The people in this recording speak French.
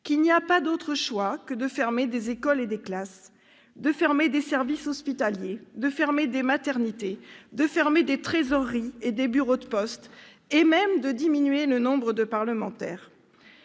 qu'il n'y a pas d'autre choix que de fermer des écoles et des classes, de fermer des services hospitaliers et des maternités, de fermer des trésoreries et des bureaux de poste, et même de diminuer le nombre de parlementaires